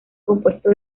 compuesto